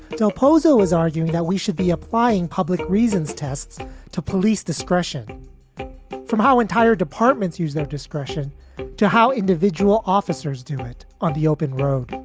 del pozo is arguing that we should be applying public reasons, tests to police discretion from how entire departments use their discretion to how individual officers do it on the open road.